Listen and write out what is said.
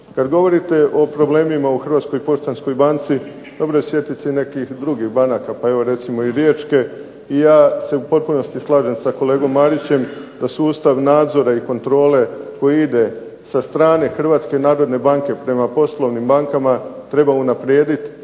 Kad govorite o problemima u Hrvatskoj poštanskoj banci dobro sjetiti se i nekih drugih banaka, pa evo recimo i Riječke, i ja se u potpunosti slažem sa kolegom Marićem da sustav nadzora i kontrole koji ide sa strane Hrvatske narodne banke prema poslovnim bankama treba unaprijediti,